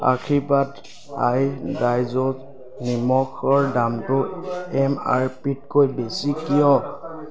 আশীৰ্বাদ আয়'ডাইজড নিমখৰ দামটো এম আৰ পিতকৈ বেছি কিয়